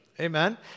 Amen